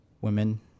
women